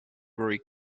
very